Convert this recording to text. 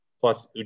plus